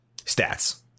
Stats